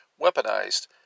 Weaponized